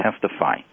testify